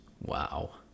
Wow